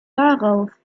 darauf